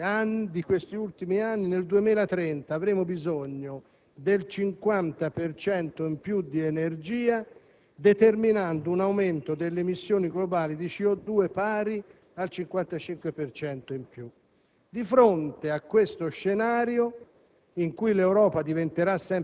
continuerà a questo ritmo in questi anni, nel 2030 avremo bisogno del 50 per cento in più di energia, determinando un aumento delle emissioni globali di CO2 pari al 55 per